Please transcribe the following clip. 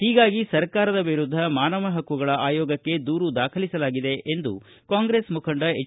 ಹೀಗಾಗಿ ಸರ್ಕಾರದ ವಿರುದ್ಧ ಮಾನವ ಹಕ್ಕುಗಳ ಆಯೋಗಕ್ಕೆ ದೂರು ದಾಖಲಿಸಲಾಗಿದೆ ಎಂದು ಕಾಂಗ್ರೆಸ್ ಮುಖಂಡ ಎಚ್